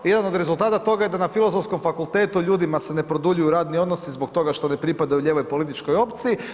Jedan od rezultata toga je da na Filozofskom fakultetu ljudima se ne produljuju radni odnosi zbog toga što ne pripadaju lijevoj političkoj opciji.